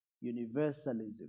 universalism